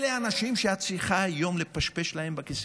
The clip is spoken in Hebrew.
אלה האנשים שאת צריכה היום לפשפש להם בכיסים,